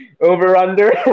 Over-under